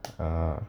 uh